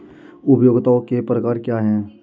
उपयोगिताओं के प्रकार क्या हैं?